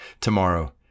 tomorrow